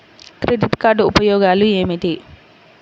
Credit card ఉపయోగాలు ఏమిటి?